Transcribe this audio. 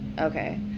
Okay